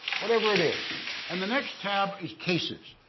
whatever it is and the next tab is cases,